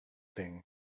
thing